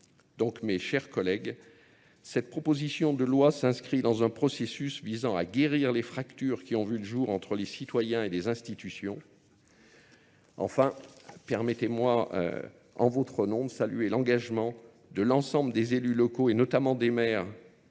Donc mes chers collègues, cette proposition de loi s'inscrit dans un processus visant à guérir les fractures qui ont vu le jour entre les citoyens et les institutions. Enfin, permettez-moi en votre nom de saluer l'engagement de l'ensemble des élus locaux et notamment des maires